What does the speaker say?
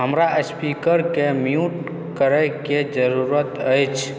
हमरा स्पीकर के म्यूट करय के जरूरत अछि